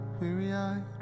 weary-eyed